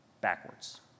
backwards